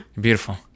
Beautiful